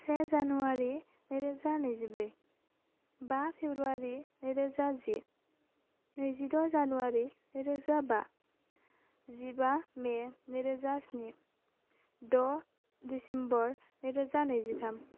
से जानुवारि नैरोजा नैजिब्रै बा फेब्रुवारि नैरोजा जि नैजिद' जानुवारि नैरोजा बा जिबा मे नैरोजा स्नि द' दिसेम्बर नैरोजा नैजिथाम